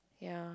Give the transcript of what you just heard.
ya